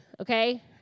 okay